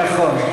נכון.